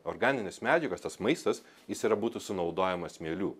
organinės medžiagos tas maistas jis yra būtų sunaudojamas mielių